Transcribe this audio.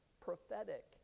prophetic